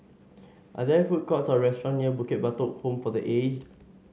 are there food courts or restaurant near Bukit Batok Home for The Aged